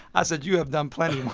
i said you have done plenty,